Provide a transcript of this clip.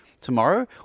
tomorrow